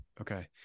okay